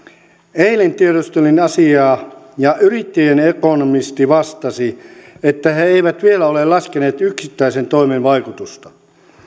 eilen tiedustelin asiaa ja yrittäjien ekonomisti vastasi että he eivät vielä ole laskeneet yksittäisen toimen vaikutusta